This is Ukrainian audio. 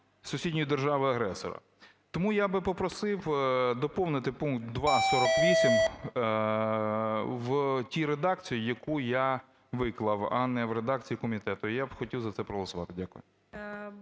сусідньої держави-агресора. Тому я би попросив доповнити пункт 2.48 в тій редакції, яку я виклав, а не в редакції комітету. Я б хотів за це проголосувати. Дякую.